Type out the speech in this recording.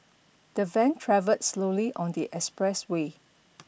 the van travelled slowly on the expressway